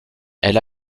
elle